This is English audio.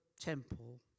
temple